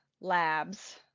labs